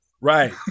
Right